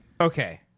Okay